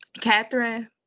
Catherine